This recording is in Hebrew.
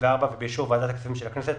(להלן החוק) ובאישור ועדת הכספים של הכנסת,